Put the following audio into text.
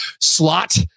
slot